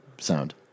sound